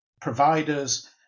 providers